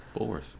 Bullworth